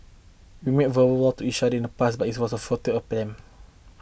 we made verbal to each other in the past but it was a futile attempt